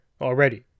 already